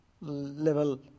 level